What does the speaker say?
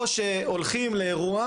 או שהולכים לאירוע,